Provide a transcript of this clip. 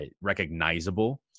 recognizable